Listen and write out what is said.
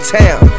town